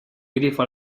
grifo